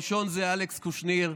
הראשון זה אלכס קושניר,